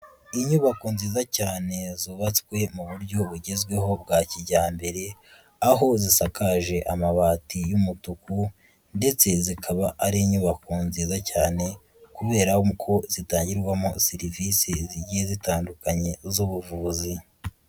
Inyubako nziza cyane zubatswe mu buryo bugezweho bwa kijyambere, aho zisakaje amabati y'umutuku ndetse zikaba ari inyubako nziza cyane kubera ko zitangirwamo serivise zigiye zitandukanye z'ubuvuzi.